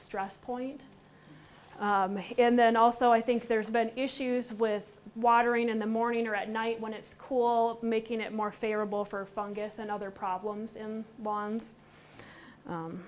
stress point and then also i think there's been issues with watering in the morning or at night when it's cool making it more favorable for fungus and other problems